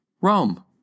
Rome